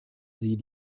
sie